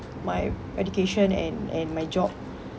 my education and and my job